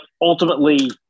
ultimately